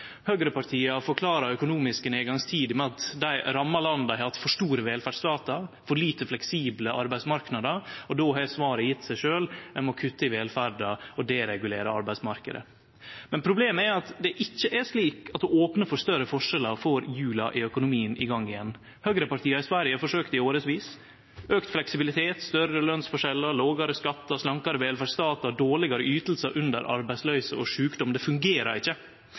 Høgrepartia forklarer økonomiske nedgangstider med at dei ramma landa har hatt for store velferdsstatar, for lite fleksible arbeidsmarknader, og då har svaret gjeve seg sjølv: Ein må kutte i velferda og deregulere arbeidsmarknaden. Problemet er at det ikkje er slik at du opnar for større forskjellar og får hjula i økonomien i gang igjen. Høgrepartia i Sverige forsøkte i årevis. Auka fleksibilitet, større lønsskilnader, lågare skattar, slankare velferdsstat og dårlegare ytingar under arbeidsløyse og sjukdom – det fungerer ikkje.